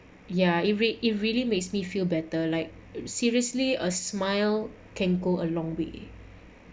ya it rea~ it really makes me feel better like seriously a smile can go a long way